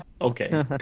Okay